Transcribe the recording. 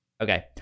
Okay